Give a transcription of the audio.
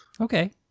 Okay